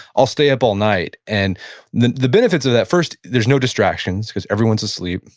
i'll stay up all night. and the the benefits of that, first there's no distractions because everyone's asleep.